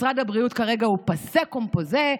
משרד הבריאות כרגע הוא passé composé,